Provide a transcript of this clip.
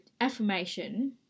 affirmation